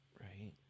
Right